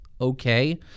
okay